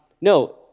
No